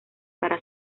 para